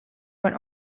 when